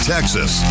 Texas